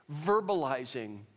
verbalizing